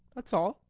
that's all.